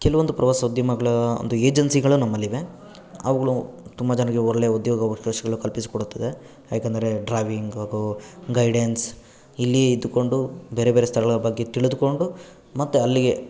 ಕೆಲವೊಂದು ಪ್ರವಾಸೋದ್ಯಮಗಳ ಒಂದು ಏಜೆನ್ಸಿಗಳು ನಮ್ಮಲ್ಲಿವೆ ಅವುಗಳು ತುಂಬ ಜನಕ್ಕೆ ಒಳ್ಳೆ ಉದ್ಯೋಗ ಅವಕಾಶಗಳು ಕಲ್ಪಿಸಿಕೊಡುತ್ತದ ಏಕೆಂದರೆ ಡ್ರಾವಿಂಗಿಗೋ ಗೈಡೆನ್ಸ್ ಇಲ್ಲಿಯೇ ಇದ್ದುಕೊಂಡು ಬೇರೆ ಬೇರೆ ಸ್ಥಳಗಳ ಬಗ್ಗೆ ತಿಳಿದುಕೊಂಡು ಮತ್ತೆ ಅಲ್ಲಿಗೆ